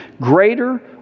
Greater